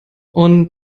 und